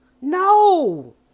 no